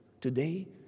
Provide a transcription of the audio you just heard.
Today